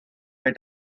pay